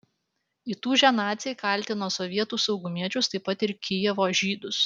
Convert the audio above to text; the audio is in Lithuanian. įtūžę naciai kaltino sovietų saugumiečius taip pat ir kijevo žydus